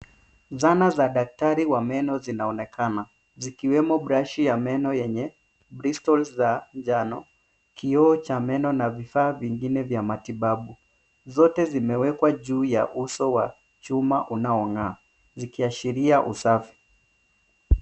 Zana za daktari wa meno zinaonekana zikiwemo brashi ya meno yenye bristles za njano, kioo cha meno na vifaa vingine vya matibabu. Zote zimewekwa juu ya uso wa chuma unaong'aa zikiashiria usafi.